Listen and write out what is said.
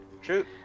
Shoot